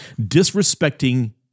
disrespecting